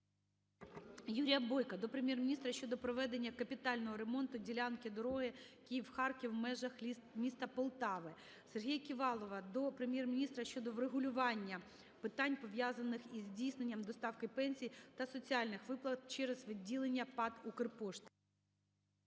Юрія Бойка до Прем'єр-міністра України щодо проведення капітального ремонту ділянки дороги Київ-Харків в межах міста Полтави. Сергія Ківалова до Прем'єр-міністра України щодо врегулювання питань, пов'язаних із здійсненням доставки пенсій та соціальних виплат через відділення ПАТ "Укрпошта".